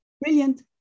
Brilliant